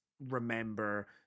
remember